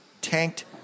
tanked